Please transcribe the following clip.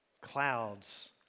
Clouds